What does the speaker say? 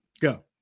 Go